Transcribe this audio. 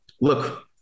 look